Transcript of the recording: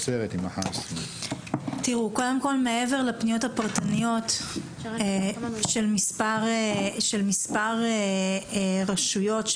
מעבר לפניות הפרטניות של מספר רשויות מקומיות,